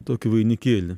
tokį vainikėlį